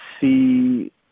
see